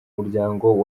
muryango